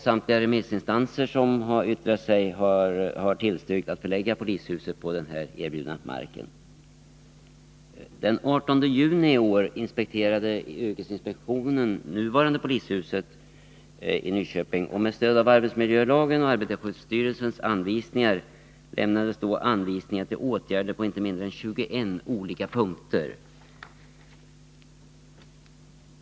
Samtliga de remissinstanser som har yttrat sig har tillstyrkt att polishuset byggs på erbjuden mark. Den 18 juni i år inspekterade yrkesinspektionen det nuvarande polishuset i Nyköping, och med stöd av arbetsmiljölagen och arbetarskyddsstyrelsens anvisningar krävde yrkesinspektionen åtgärder på inte mindre än 21 olika punkter.